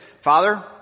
Father